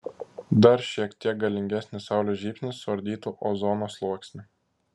dar šiek tiek galingesnis saulės žybsnis suardytų ozono sluoksnį